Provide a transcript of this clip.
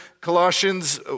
Colossians